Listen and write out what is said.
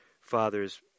father's